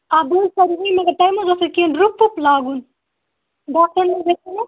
اکھ مگر تۄہہِ ماحظ اوسو کیٚنٛہہ ڈرٕپ وٕپ لاگُن ڈاکٹر ما حظ وونیو کیٚنٛہہ